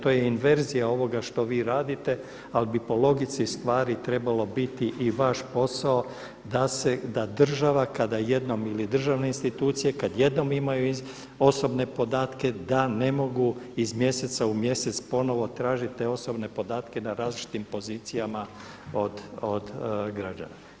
To je inverzija ovoga što vi radite, ali bi po logici stvari trebalo biti i vaš posao da se, da država kada jednom ili državne institucije kad jednom imaju osobne podatke da ne mogu iz mjeseca u mjesec ponovo tražit te osobne podatke na različitim pozicijama od građana.